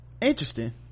Interesting